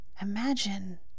Imagine